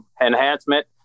enhancement